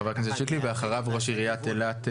חה"כ שיקלי ואחריו ראש עיריית אילת,